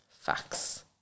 Facts